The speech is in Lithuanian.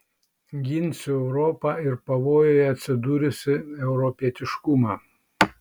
ginsiu europą ir pavojuje atsidūrusį europietiškumą